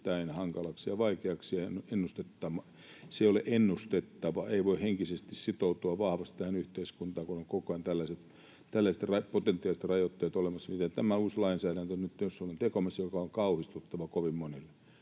erittäin hankalaksi ja vaikeaksi. Se ei ole ennustettava. Ei voi henkisesti sitoutua vahvasti tähän yhteiskuntaan, kun on koko ajan olemassa tällaiset potentiaaliset rajoitteet, mitä on tässä uudessa lainsäädännössä, jota ollaan tekemässä ja joka on kauhistuttava kovin monille.